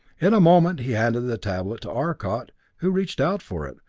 in a moment he handed the tablet to arcot, who reached out for it,